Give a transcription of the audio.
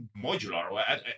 modular